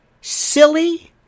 silly